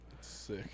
Sick